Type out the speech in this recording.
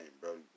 bro